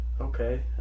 okay